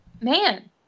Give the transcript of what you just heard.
man